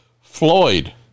Floyd